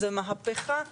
זו מהפיכה גדולה.